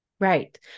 Right